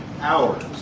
hours